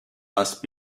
must